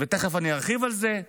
ותכף אני ארחיב על זה.